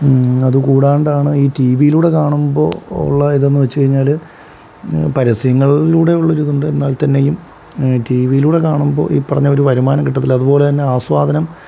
അതുകൂടാണ്ടാണ് ഈ ടി വിയിലൂടെ കാണുമ്പോൾ ഉള്ള ഇതെന്ന് വെച്ചുകഴിഞ്ഞാൽ പരസ്യങ്ങളിലൂടെ ഉള്ളൊരിതുണ്ട് എന്നാൽത്തന്നെയും ടി വിയിലൂടെ കാണുമ്പോൾ ഈ പറഞ്ഞ ഒരു വരുമാനം കിട്ടത്തില്ല അതുപോലെത്തന്നെ ആസ്വാദനം